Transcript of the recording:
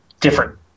different